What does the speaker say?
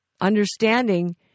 understanding